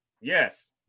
yes